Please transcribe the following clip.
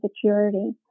security